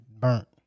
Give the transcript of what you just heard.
burnt